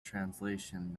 translation